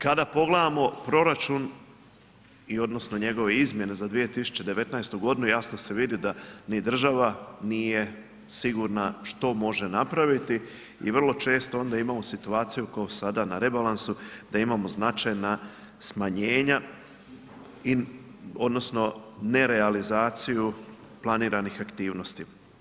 Kada pogledamo proračun i odnosno njegove izmjene za 2019. godinu jasno se vidi da ni država nije sigurna što može napraviti i vrlo često onda imamo situaciju kao sada na rebalansu da imamo značajna smanjenja i, odnosno nerealizaciju planiranih aktivnosti.